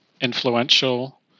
influential